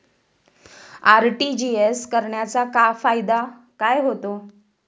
RTGS करण्याचा फायदा काय होतो?